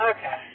Okay